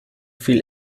viel